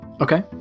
Okay